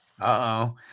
Uh-oh